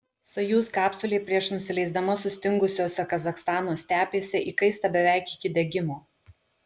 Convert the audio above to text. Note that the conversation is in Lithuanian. sojuz kapsulė prieš nusileisdama sustingusiose kazachstano stepėse įkaista beveik iki degimo